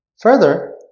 Further